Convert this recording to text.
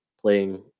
playing